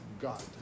God